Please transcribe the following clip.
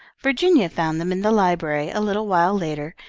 virginia found them in the library, a little while later,